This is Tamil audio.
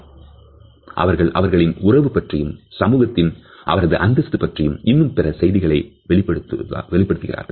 அபி அவர்கள் அவர்களின் உறவு பற்றியும் சமூகத்தில் அவரது அந்தஸ்தை பற்றியும் இன்னும் பிற செயல்பாடுகளை வெளிப்படுத்தும்